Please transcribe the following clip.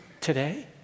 today